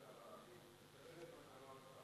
את מה שאמר השר.